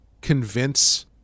convince